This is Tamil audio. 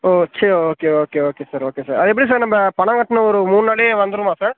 ஓ சரி okay okay okay sir okay sir அது எப்படி சார் நம்ம பணம் கட்டின ஒரு மூணு நாள்லே வந்துடுமா சார்